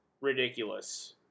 ridiculous